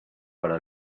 para